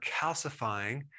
calcifying